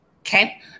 Okay